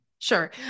Sure